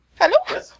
Hello